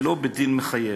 ולא בדין מחייב.